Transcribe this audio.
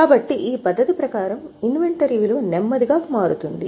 కాబట్టి ఈ పద్ధతి ప్రకారం ఇన్వెంటరీ విలువ నెమ్మదిగా మారుతుంది